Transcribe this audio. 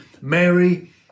Mary